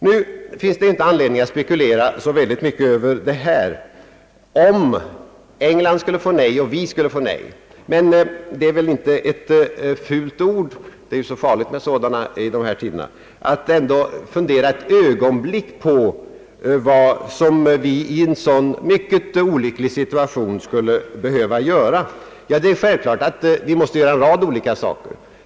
Nu finns det inte anledning att spekulera så mycket i dessa sammanhang för det fallet att både England och vi skulle få nej. Men det är väl inte ett fult ord om man säger — i det här tiderna är det ju så farligt med fula ord — att vi ändå bör fundera ett ögonblick på vad vi skulle behöva göra i en sådan mycket olycklig situation. Självklart måste vi göra en rad olika saker.